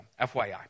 FYI